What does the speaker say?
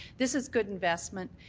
this is good investment.